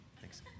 Thanks